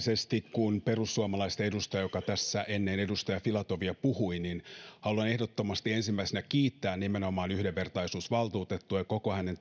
kuin perussuomalaisten edustaja joka tässä ennen edustaja filatovia puhui niin haluan ehdottomasti ensimmäisenä nimenomaan kiittää yhdenvertaisuusvaltuutettua ja koko hänen